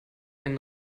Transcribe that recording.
ein